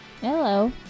Hello